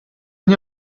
nie